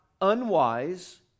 unwise